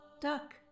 Duck